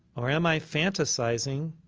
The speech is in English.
or am i fantasizing?